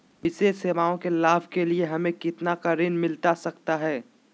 विशेष सेवाओं के लाभ के लिए हमें कितना का ऋण मिलता सकता है?